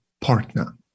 partner